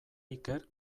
iker